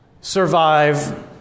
survive